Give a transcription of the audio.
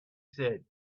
said